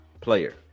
player